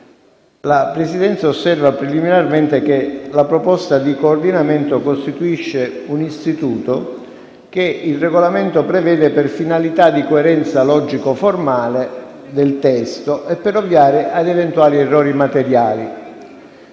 la Presidenza osserva preliminarmente che la proposta di coordinamento costituisce un istituto che il Regolamento prevede per finalità di coerenza logico-formale del testo e per ovviare a eventuali errori materiali.